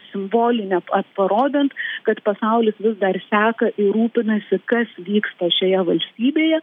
simbolinės parodant kad pasaulis vis dar seka ir rūpinasi kas vyksta šioje valstybėje